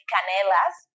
Canelas